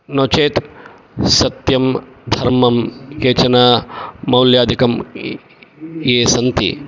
नो चेत् सत्यं धर्मं केचन मौल्यादिकं ये सन्ति